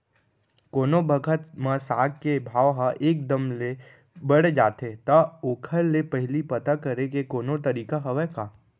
कोनो बखत म साग के भाव ह एक दम ले बढ़ जाथे त ओखर ले पहिली पता करे के कोनो तरीका हवय का?